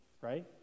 right